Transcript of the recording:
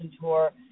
Tour